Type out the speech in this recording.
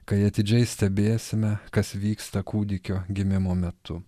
kai atidžiai stebėsime kas vyksta kūdikio gimimo metu